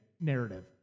narrative